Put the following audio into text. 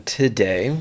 today